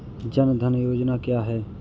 जनधन योजना क्या है?